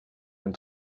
den